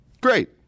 Great